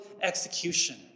execution